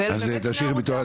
וזה תמיד שני ערוצי עבודה.